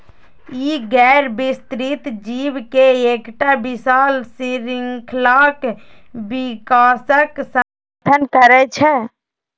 ई गैर विस्तृत जीव के एकटा विशाल शृंखलाक विकासक समर्थन करै छै